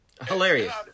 Hilarious